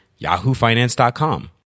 yahoofinance.com